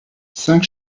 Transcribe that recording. cinq